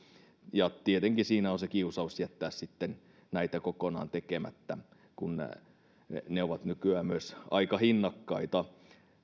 tietenkin siinä on kiusaus jättää näitä kokonaan tekemättä kun ne ovat nykyään myös aika hinnakkaita